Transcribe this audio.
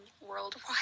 worldwide